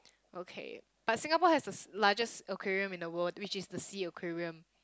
okay but Singapore has the largest aquarium in the world which is the S_E_A-Aquarium